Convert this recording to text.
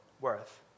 worth